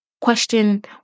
question